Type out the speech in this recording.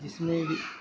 جس میں کہ